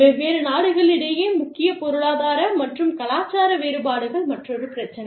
வெவ்வேறு நாடுகளிடையே முக்கிய பொருளாதார மற்றும் கலாச்சார வேறுபாடுகள் மற்றொரு பிரச்சினை